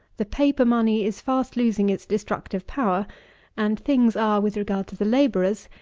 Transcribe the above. the paper-money is fast losing its destructive power and things are, with regard to the labourers,